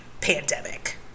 Pandemic